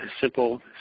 simple